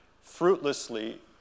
fruitlessly